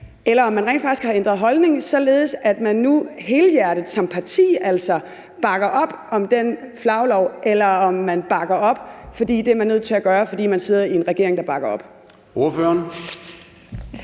eller om man rent faktisk har ændret holdning, således at man nu helhjertet som parti altså bakker op om det forslag til flaglov, eller om man bakker op, fordi det er man nødt til at gøre, fordi man sidder i en regering, der bakker op.